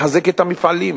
לחזק את המפעלים,